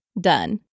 Done